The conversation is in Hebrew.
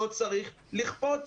לא צריך לכפות,